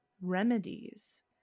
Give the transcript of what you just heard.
remedies